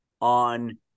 on